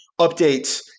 updates